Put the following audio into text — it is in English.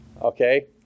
okay